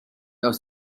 aus